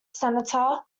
senator